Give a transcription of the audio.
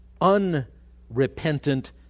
unrepentant